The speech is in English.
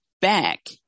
back